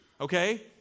Okay